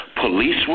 police